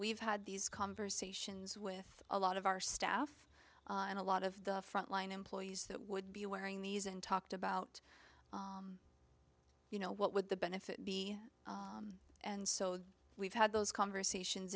we've had these conversations with a lot of our staff and a lot of the front line employees that would be wearing these and talked about you know what would the benefit be and so we've had those conversations